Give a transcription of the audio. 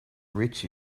rich